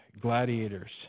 gladiators